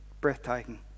breathtaking